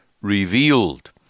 revealed